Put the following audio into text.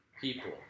people